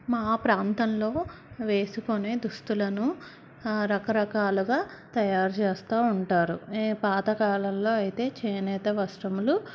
మా ప్రాంతంలో వేసుకునే దుస్తులను రకరకాలుగా తయారు చేస్తూ ఉంటారు పాతకాలాల్లో అయితే చేనేత వస్త్రములు